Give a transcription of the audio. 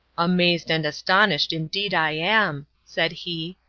amazed and astonished indeed i am, said he,